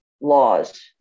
laws